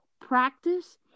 practice